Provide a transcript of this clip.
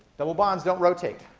double bonds don't rotate.